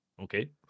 Okay